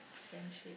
friendship